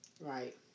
Right